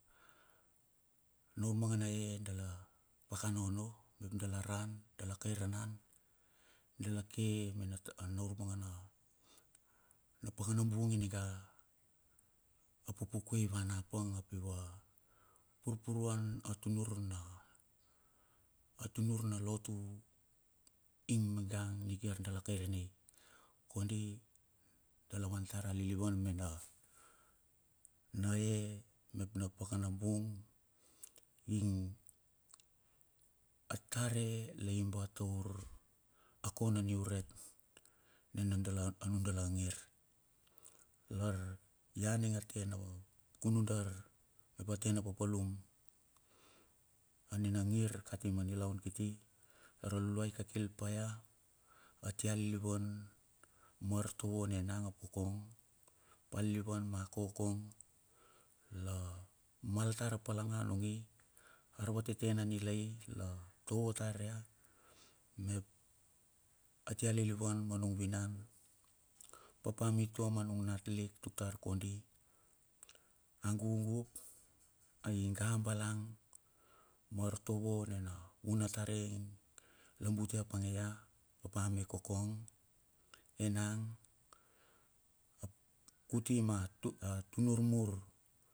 Na urmanga na ae dala pakana onno mep dala ran dala karanan dala ke mena dala ke men na urmangana na pakananung ninga apupukue ivan apang ap iva purpuruan atunur na, atunur na lotu ing ningan nikia dala kairanai. Kondi dala wan tar mena he mep na pakana bung ing atar la imba taua akona niurek nina nun dala angir lar ia aning tena kunudar mep atena papalum anina ingir kati ma nilaun kiti tar alulua i kakil pa ya atia lilivan ma artovo ne nang ap kokong atia lilivan ma kokong la mal tar a palanga nungi arvateten anilai la tovo tar ia mep atia lilivan ma nung vinan papa mitua ma nang matlik tuk tar kondi angugu ainga balang ma artovo nina vuna tare ing la bute apange ia papa me kokong enang ap kuti ma, ma tunur mur.